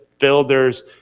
builders